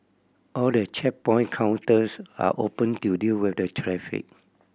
all the checkpoint counters are open to deal with the traffic